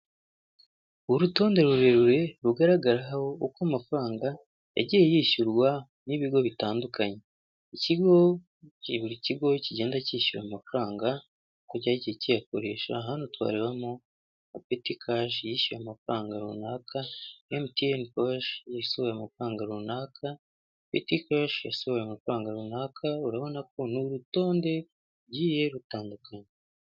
Urutonde rurerure rugaragaraho uko amafaranga yagiye yishyurwa n'ibigo bitandukanye ikigo ki buri kigo kigenda cyishyura amafaranga kujya kicgurisha ahantu twarebamo apeticaji yishyuwe amafaranga runaka mtn kosh yisuwe amafaranga runaka peti ksh yasohoye amafaranga runaka urabona kontu urutondegiye rutandukanye.